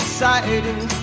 Exciting